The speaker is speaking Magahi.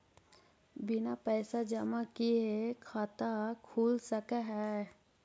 बिना पैसा जमा किए खाता खुल सक है?